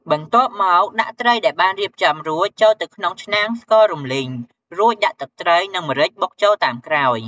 បន្ទាប់មក ដាក់ត្រីដែលបានរៀបចំរួចចូលទៅក្នុងឆ្នាំងស្កររំលីង រួចដាក់ទឹកត្រីនិង ម្រេចបុកចូលតាមក្រោយ។